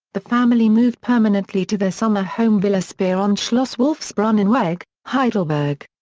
the family moved permanently to their summer home villa speer on schloss-wolfsbrunnenweg, heidelberg.